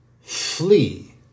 Flee